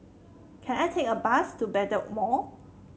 can I take a bus to Bedok Mall